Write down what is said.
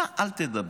אתה אל תדבר.